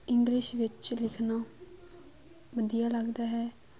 English ਵਿੱਚ ਲਿਖਣਾ ਵਧੀਆ ਲੱਗਦਾ ਹੈ